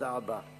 תודה רבה.